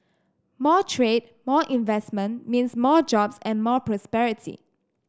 more trade more investment means more jobs and more prosperity